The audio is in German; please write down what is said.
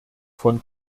von